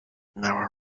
never